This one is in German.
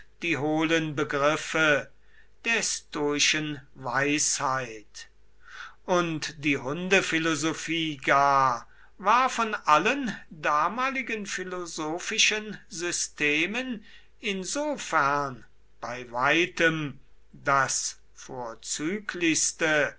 die hohlen begriffe der stoischen weisheit und die hundephilosophie gar war von allen damaligen philosophischen systemen insofern bei weitem das vorzüglichste